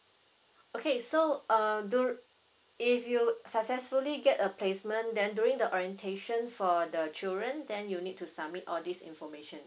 okay so uh dur~ if you successfully get a placement then during the orientation for the children then you'll need to submit all this informations